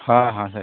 ହଁ ହଁ ସାର୍